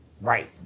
right